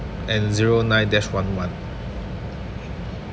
and zero nine dash one one